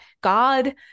God